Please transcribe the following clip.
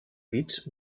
dits